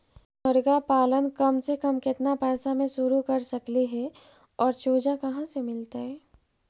मरगा पालन कम से कम केतना पैसा में शुरू कर सकली हे और चुजा कहा से मिलतै?